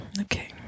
okay